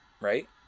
right